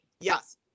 Yes